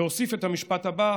הוא הוסיף את המשפט הבא,